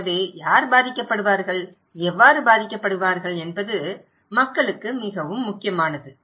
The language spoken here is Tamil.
எனவே யார் பாதிக்கப்படுவார்கள் எவ்வாறு பாதிக்கப்படுவார்கள் என்பது மக்களுக்கு மிகவும் முக்கியமானது